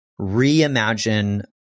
reimagine